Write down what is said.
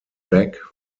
back